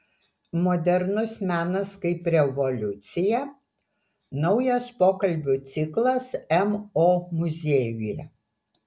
modernus menas kaip revoliucija naujas pokalbių ciklas mo muziejuje